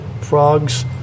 frogs